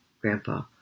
Grandpa